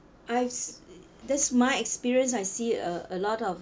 I've see this my experience I see uh a lot of